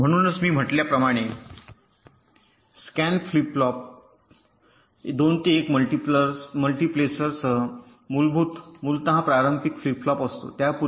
म्हणूनच मी म्हटल्याप्रमाणे स्कॅन फ्लिप फ्लॉप 2 ते 1 मल्टिप्लेसरसह मूलत पारंपारिक फ्लिप फ्लॉप असतो त्यापूर्वी